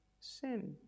sin